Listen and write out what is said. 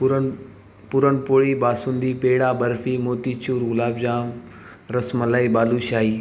पुरण पुरणपोळी बासुंदी पेढा बर्फी मोतीचूर गुलाबजाम रसमलई बालुशाही